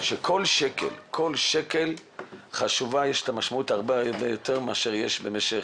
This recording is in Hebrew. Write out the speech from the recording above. כך שכל שקל חשוב ויש לו משמעות הרבה יותר גדולה מאשר בשגרה.